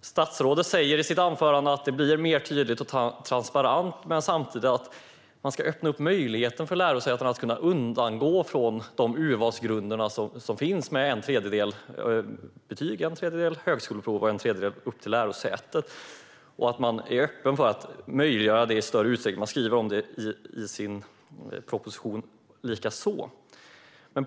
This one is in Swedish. Statsrådet säger i sitt anförande att det blir mer tydligt och transparent. Samtidigt säger hon att man ska öppna möjligheten för lärosäten att frångå de urvalsgrunder som finns med en tredjedel betyg, en tredjedel högskoleprov och en tredjedel upp till lärosätet. Man är öppen för att möjliggöra det i större utsträckning, och regeringen skriver likaså om det i sin proposition.